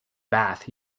bath